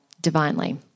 divinely